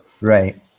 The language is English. Right